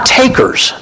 takers